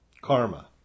Karma